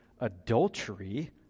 adultery